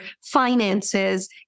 finances